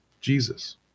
Jesus